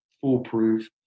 foolproof